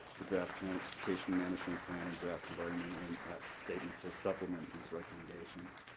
the draft transportation management plan, and draft environmental impact statement to supplement these recommendations.